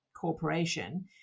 corporation